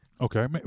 Okay